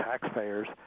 taxpayers